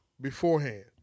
beforehand